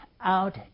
out